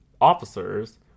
officers